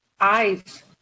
Eyes